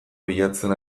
bilatzen